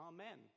Amen